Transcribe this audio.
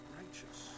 righteous